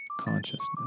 consciousness